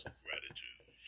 gratitude